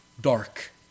dark